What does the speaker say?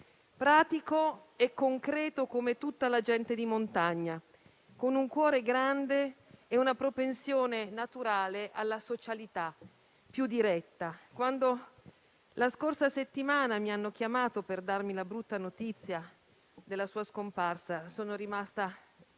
Pratico e concreto come tutta la gente di montagna, con un cuore grande e una propensione naturale alla socialità più diretta. Quando la scorsa settimana mi hanno chiamata per darmi la brutta notizia della sua scomparsa, sono rimasta